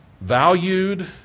valued